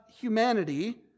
humanity